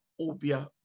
obia